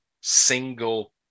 single